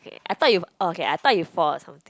okay I thought you uh okay I thought you fall or something